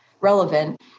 relevant